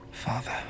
Father